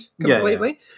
completely